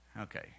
Okay